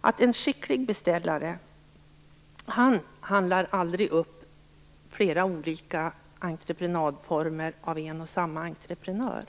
att en skicklig beställare aldrig handlar upp flera olika entreprenadformer av en och samma entreprenör.